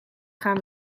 gaan